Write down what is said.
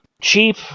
cheap